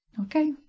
Okay